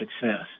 success